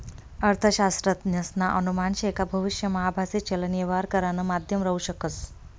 अर्थशास्त्रज्ञसना अनुमान शे का भविष्यमा आभासी चलन यवहार करानं माध्यम राहू शकस